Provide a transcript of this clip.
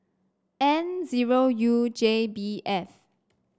N zero U J B F